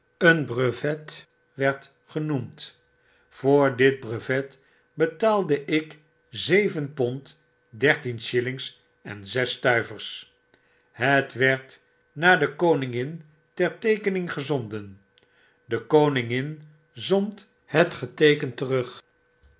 een brevet werd genoemd voor dit brevet betaalde ik zeven pond dertien shillings en zes stuivers het werd naar de koningin ter teekening gezonden de koningin zond net geteekend terug